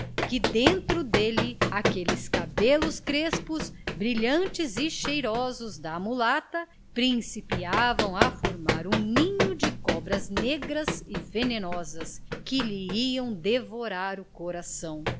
que dentro dele aqueles cabelos crespos brilhantes e cheirosos da mulata principiavam a formar um ninho de cobras negras e venenosas que lhe iam devorar o coração